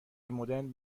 مدرن